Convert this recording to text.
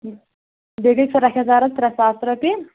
بیٚیہِ گٔیے فراق یزارس ترٚےٚ ساس رۄپیہِ